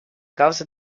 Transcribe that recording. cause